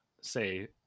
say